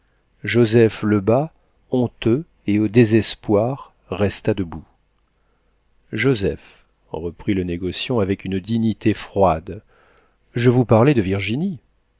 joseph lebas honteux et au désespoir resta debout joseph reprit le négociant avec une dignité froide je vous parlais de virginie